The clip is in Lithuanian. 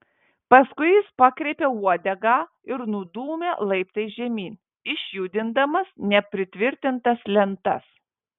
paskui jis pakreipė uodegą ir nudūmė laiptais žemyn išjudindamas nepritvirtintas lentas